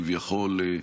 כביכול,